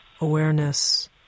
awareness